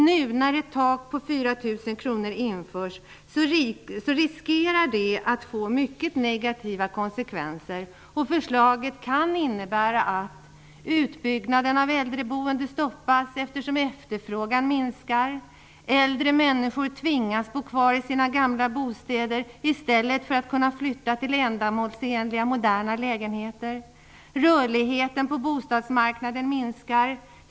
Nu när ett tak på 4 000 kr införs riskerar det att få mycket negativa konsekvenser. Förslaget kan innebära att: -- Utbyggnaden av äldreboende stoppas, eftersom efterfrågan minskar. --Äldre människor tvingas bo kvar i sina gamla bostäder, i stället för att kunna flytta till ändamålsenliga, moderna lägenheter. --Rörligheten på bostadsmarknaden minskar.